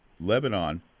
Lebanon